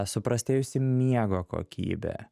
suprastėjusi miego kokybė